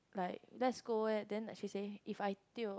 like let's go eh then like she say if I tio